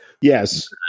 yes